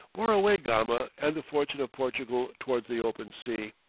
bore away gama and the fortune of portugal towards the open sea.